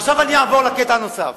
עכשיו אני אעבור לקטע הנוסף.